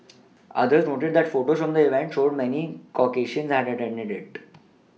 others noted that photos from the event showed many Caucasians had attended it